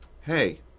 hey